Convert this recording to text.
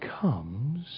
comes